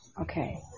okay